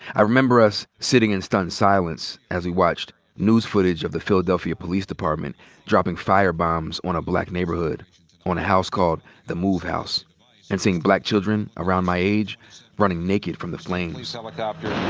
i remember us sitting in stunned silence as we watched news footage of the philadelphia police department dropping fire bombs on a black neighborhood on a house called the move house and seeing black children around my age running naked from the flames. police helicopter